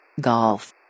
Golf